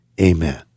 Amen